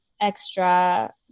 extra